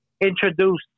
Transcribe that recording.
introduced